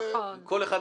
אדוני היושב-ראש.